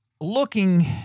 looking